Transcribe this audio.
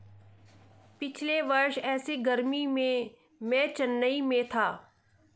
पिछले वर्ष ऐसी गर्मी में मैं चेन्नई में था